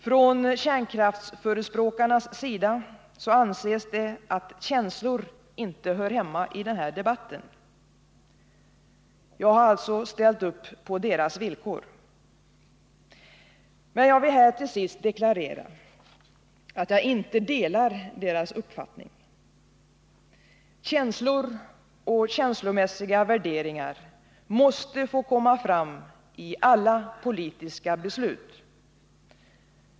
Från kärnkraftsförespråkarnas sida anses det att känslor inte hör hemma i den här debatten. Jag har alltså ställt upp på deras villkor. Men jag vill här till sist deklarera att jag inte delar deras uppfattning. Känslor och känslomässiga värderingar måste få komma fram i alla politiska beslut.